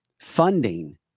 funding